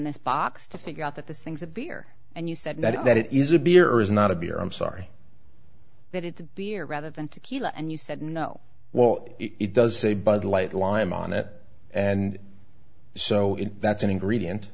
this box to figure out that this thing's a beer and you said that it is a beer is not a beer i'm sorry that it's a beer rather than tequila and you said no what it does say bud light lime on it and so that's an ingredient